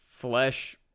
flesh